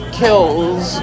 kills